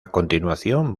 continuación